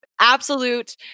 Absolute